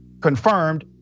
confirmed